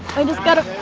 i just got